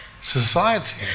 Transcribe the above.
society